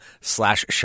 slash